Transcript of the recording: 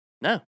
No